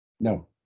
No